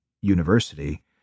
university